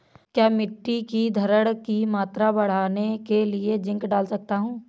क्या मिट्टी की धरण की मात्रा बढ़ाने के लिए जिंक डाल सकता हूँ?